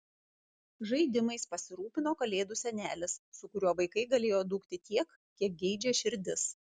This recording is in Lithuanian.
žaidimais pasirūpino kalėdų senelis su kuriuo vaikai galėjo dūkti tiek kiek geidžia širdis